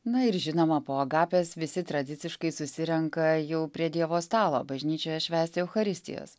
na ir žinoma po agapės visi tradiciškai susirenka jau prie dievo stalo bažnyčioje švęsti eucharistijos